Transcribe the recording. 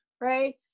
right